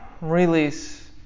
release